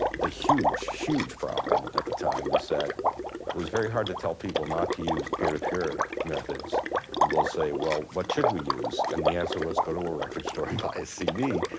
the huge, huge problem at the time is that, it was very hard to tell people not to use peer-to-peer methods and they'll say, well, what should we use? and the answer was, go to a record store and buy a cd.